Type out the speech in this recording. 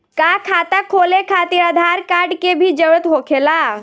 का खाता खोले खातिर आधार कार्ड के भी जरूरत होखेला?